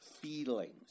feelings